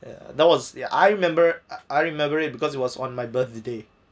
ya that was ya I remember I remember it because it was on my birthday